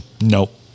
Nope